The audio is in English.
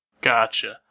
Gotcha